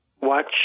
watch